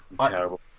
terrible